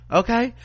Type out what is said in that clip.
okay